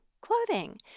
clothing